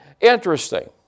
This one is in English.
Interesting